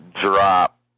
drop